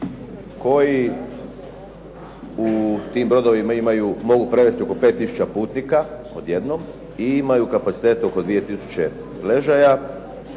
koji u tim brodovima mogu prevesti oko 5 tisuća putnika odjednom i imaju kapacitete oko 2 tisuće ležaja.